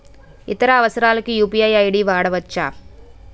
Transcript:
ఇతర అవసరాలకు UPI ID వాడవచ్చా?